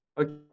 okay